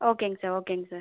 ஓகேங்க சார் ஓகேங்க சார்